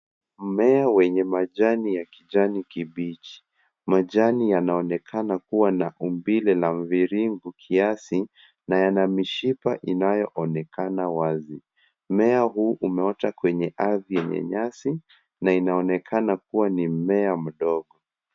Mmea wenye majani ya kijani kibichi. Majani yanaonekana kuwa na umbile la mviringo kiasi na yana mishipa inayoonekana wazi. Mmea huu umeota kwenye ardhi yenye nyasi na inaonekana kuwa ni mmea mdogo.